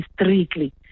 strictly